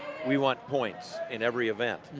we want points in every event.